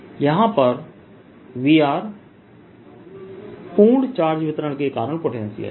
यहां पर Vr पूर्ण चार्ज वितरण के कारण पोटेंशियल है